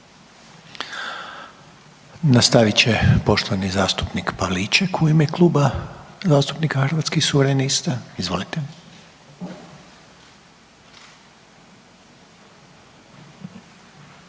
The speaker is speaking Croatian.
Nastavit će poštovani zastupnik Pavliček u ime Kluba zastupnika Hrvatskih suverenista. Izvolite.